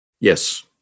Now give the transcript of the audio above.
Yes